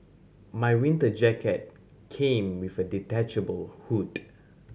my winter jacket came with a detachable hood